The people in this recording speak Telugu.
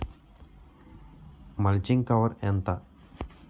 మల్చింగ్ కవర్ ఎంత?